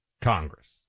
Congress